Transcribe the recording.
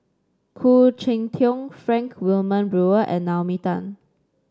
Khoo Cheng Tiong Frank Wilmin Brewer and Naomi Tan